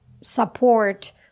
support